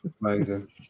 Amazing